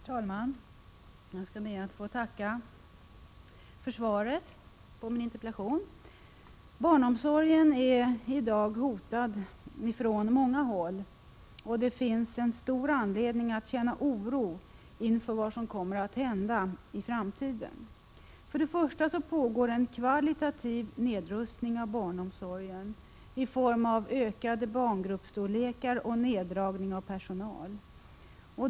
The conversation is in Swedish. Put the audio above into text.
Herr talman! Jag ber att få tacka för svaret på min interpellation. Barnomsorgen är i dag hotad från många håll, och det finns stor anledning att känna oro inför vad som kommer att hända i framtiden. För det första pågår en kvalitativ nedrustning av barnomsorgen i form av ökade barngruppsstorlekar och neddragning av personal.